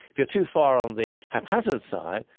if you're too far on the haphazard side,